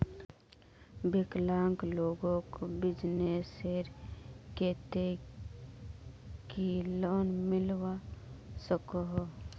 विकलांग लोगोक बिजनेसर केते की लोन मिलवा सकोहो?